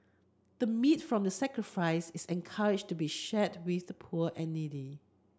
the meat from the sacrifice is encouraged to be shared with the poor and needy